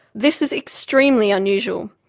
this is extremely unusual,